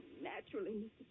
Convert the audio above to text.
Naturally